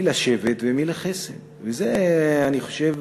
מי לשבט ומי לחסד, וזה, אני חושב,